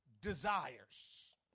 desires